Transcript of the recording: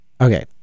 Okay